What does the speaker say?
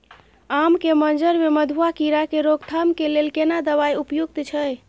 आम के मंजर में मधुआ कीरा के रोकथाम के लेल केना दवाई उपयुक्त छै?